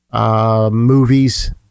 movies